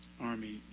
Army